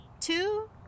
two